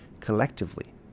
collectively